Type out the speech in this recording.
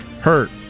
hurt